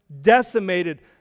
decimated